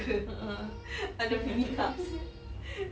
a'ah